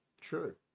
True